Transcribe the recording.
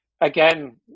again